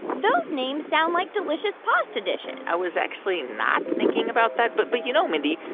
those names sound like delicious pasta dishes i was actually not thinking about that. but, but you know, mindy,